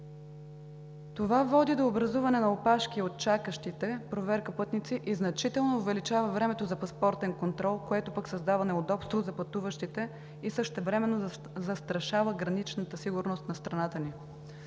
Това води до образуване на опашки от чакащи – проверка на пътници, и значително увеличава времето за паспортен контрол, което пък създава неудобство за пътуващите и същевременно застрашава граничната сигурност на страната ни.